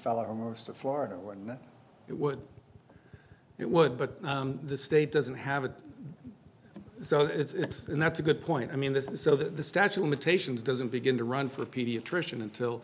fellow or most of florida when it would it would but the state doesn't have a so it's and that's a good point i mean this is so the statue limitations doesn't begin to run for a pediatrician until